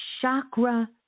chakra